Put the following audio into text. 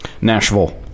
Nashville